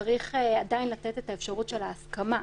צריך עדיין לתת את האפשרות של ההסכמה,